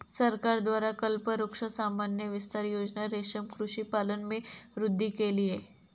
सरकार द्वारा कल्पवृक्ष सामान्य विस्तार योजना रेशम कृषि पालन में वृद्धि के लिए